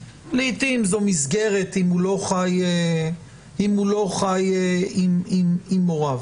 לעיתים זו מסגרת אם הוא לא חי עם הוריו.